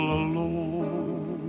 alone